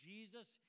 Jesus